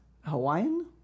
Hawaiian